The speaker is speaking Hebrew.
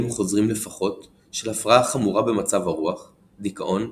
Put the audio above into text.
חוזרים לפחות של הפרעה חמורה במצב הרוח דיכאון,